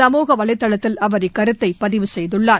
சமூக வலைதளத்தில் அவர் இக்கருத்தை பதிவு செய்குள்ளார்